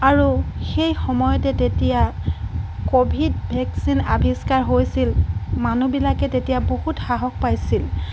আৰু সেই সময়তে তেতিয়া ক'ভিড ভেকচিন আৱিস্কাৰ হৈছিল মানুহবিলাকে তেতিয়া বহুত সাহস পাইছিল